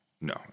No